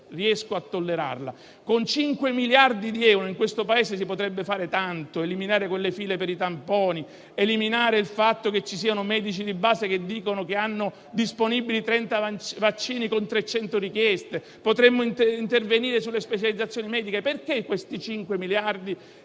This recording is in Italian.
riesco a tollerarla. Con 5 miliardi di euro in questo Paese si potrebbe fare tanto: eliminare le file per i tamponi, eliminare il fatto che ci siano medici di base che dicono che hanno disponibili 30 vaccini con 300 richieste; potremmo intervenire sulle specializzazioni mediche. Perché questi 5 miliardi